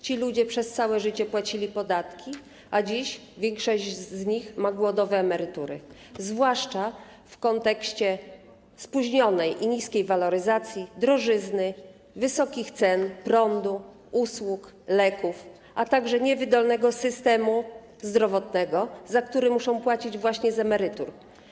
Ci ludzie przez całe życie płacili podatki, a dziś większość z nich ma głodowe emerytury, zwłaszcza w kontekście spóźnionej i niskiej waloryzacji, drożyzny, wysokich cen prądu, usług, leków, a także niewydolnego systemu zdrowotnego, za co muszą płacić właśnie z emerytur.